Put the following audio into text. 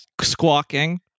squawking